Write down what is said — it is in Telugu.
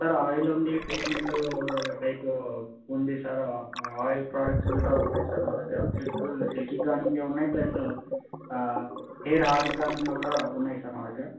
సార్ ఆయిల్ ఉంది ట్రీట్మెంటు టైప్ ఉంది సార్ ఆయిల్ ప్రోడక్ట్స్ గిట్ల ఉన్నాయ్ సార్ మా దగ్గర సిల్క్ సిల్కీ గానీకి ఉన్నాయి ప్లస్ హెయిర్ హార్డ్ కనీకి కూడా ఉన్నాయి సార్ మా దగ్గర